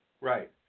Right